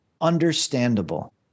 understandable